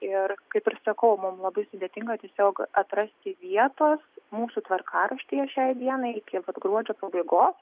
ir kaip ir sakau mum labai sudėtinga tiesiog atrasti vietos mūsų tvarkaraštyje šiai dienai iki vat gruodžio pabaigos